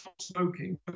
smoking